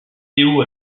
leo